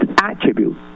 attribute